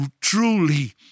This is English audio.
truly